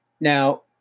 Now